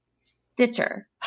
Stitcher